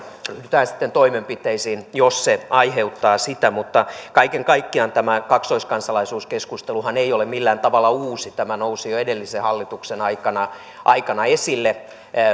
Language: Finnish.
ryhdytään sitten toimenpiteisiin jos se aiheuttaa sitä mutta kaiken kaikkiaan tämä kaksoiskansalaisuuskeskusteluhan ei ole millään tavalla uusi tämä nousi jo edellisen hallituksen aikana aikana esille